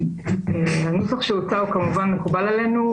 הנוסח שהוצע כמובן מקובל עלינו,